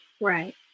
right